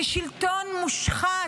ושלטון מושחת.